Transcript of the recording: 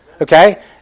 Okay